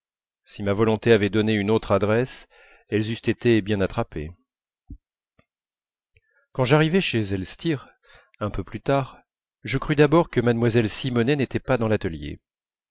si ma volonté avait donné une autre adresse elles eussent été bien attrapées quand j'arrivai chez elstir un peu plus tard je crus d'abord que mlle simonet n'était pas dans l'atelier